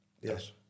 Yes